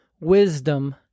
wisdom